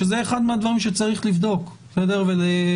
שזה אחד מהדברים שצריך לבדוק ולבחון.